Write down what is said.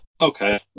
okay